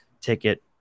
ticket